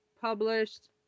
Published